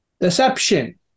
deception